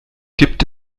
gibt